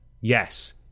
Yes